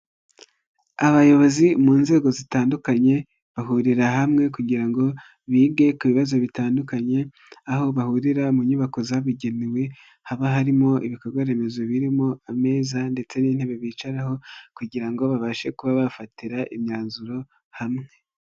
Abayobozi mu nzego zitandukanye bahurira hamwe kugira ngo bige ku bibazo bitandukanye, aho bahurira mu nyubako zabugenewe haba harimo ibikorwaremezo birimo ameza ndetse n'intebe bicaraho kugira ngo babashe kuba bafatira imyanzuro hamwe.